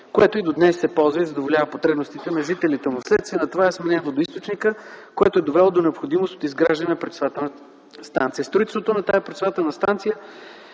което и до днес се ползва и задоволява потребностите на жителите му. Вследствие на това е сменен водоизточникът, което е довело до необходимост от изграждане на пречиствателна станция”. Строителството на тази пречиствателна станция,